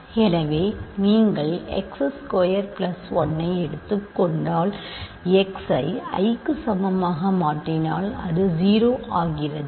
எனவே நீங்கள் x square 1 ஐ எடுத்துக் கொண்டால் x ஐ i க்கு சமமாக மாற்றினால் அது 0 ஆகிறது